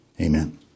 Amen